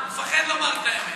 הוא מפחד לומר את האמת,